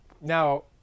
Now